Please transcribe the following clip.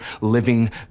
living